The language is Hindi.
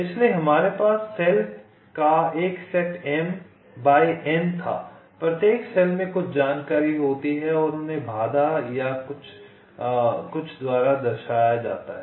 इसलिए हमारे पास सेल का एक सेट m बाय n था प्रत्येक सेल में कुछ जानकारी होती है और उन्हें बाधा या कुछ द्वारा दर्शाया जाता है